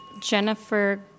Jennifer